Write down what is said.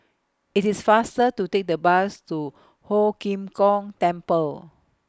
IT IS faster to Take The Bus to Ho Lim Kong Temple